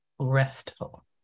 restful